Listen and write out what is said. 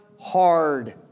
hard